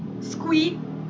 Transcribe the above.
squid